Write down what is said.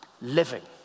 living